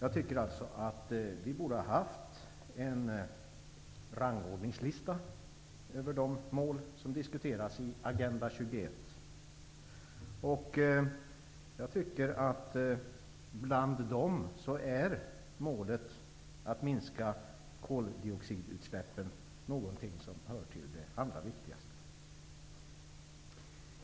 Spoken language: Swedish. Vi borde enligt min mening ha haft en rangordningslista över de mål som diskuteras i Agenda 21. Bland dem är, som jag ser det, målet att minska koldioxidutsläppen ett av de allra viktigaste.